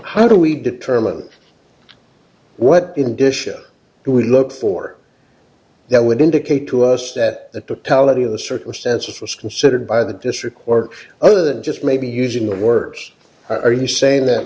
how do we determine what in dishes we look for that would indicate to us that the totality of the circumstances was considered by the district or other than just maybe using the words are you saying that